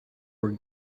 were